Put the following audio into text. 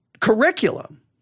curriculum